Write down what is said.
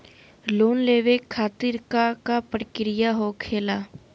Loan लेवे खातिर का का प्रक्रिया होखेला?